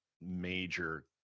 major